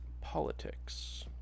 politics